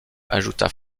ajouta